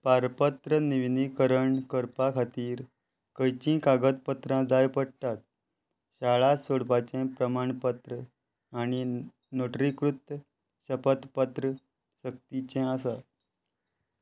पारपत्र निविनीकरण करपा खातीर खंयचींय कागदपत्रां जाय पडटात शाळा सोडपाचें प्रमाणपत्र आणी नोंदणीकृत शपतपत्र सक्तीचें आसा